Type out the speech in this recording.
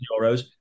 euros